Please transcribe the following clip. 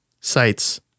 sites